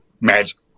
magic